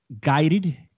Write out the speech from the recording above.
guided